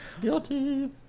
Guilty